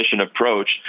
approach